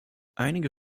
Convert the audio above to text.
einige